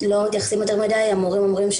לא מתייחסים יותר מדי, המורים לא